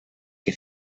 que